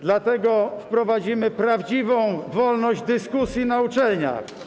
Dlatego wprowadzimy prawdziwą wolność dyskusji na uczelniach.